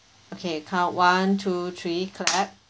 okay count one two three clap